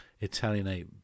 Italianate